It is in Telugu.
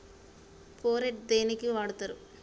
ఫోరెట్ దేనికి వాడుతరు?